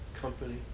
company